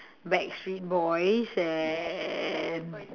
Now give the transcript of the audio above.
backstreet-boys and